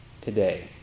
today